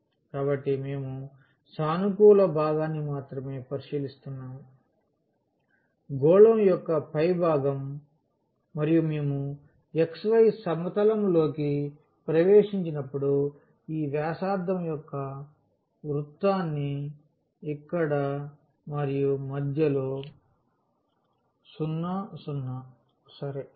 కాబట్టి మేము సానుకూల భాగాన్ని మాత్రమే పరిశీలిస్తున్నాము గోళం యొక్క పై భాగం మరియు మేము xy సమతలం లోకి ప్రవేశించినప్పుడు ఈ వ్యాసార్థం యొక్క వృత్తాన్ని ఇక్కడ మరియు మధ్యలో 0 0 సరే